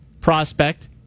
prospect